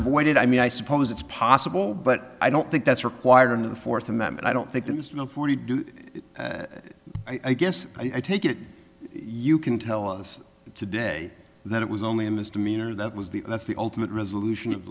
avoided i mean i suppose it's possible but i don't think that's required in the fourth amendment i don't think there's no forty do i guess i take it you can tell us today that it was only a misdemeanor that was the that's the ultimate resolution of